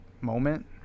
moment